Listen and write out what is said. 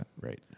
Right